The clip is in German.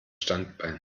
standbein